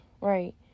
Right